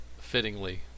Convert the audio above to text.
fittingly